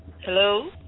Hello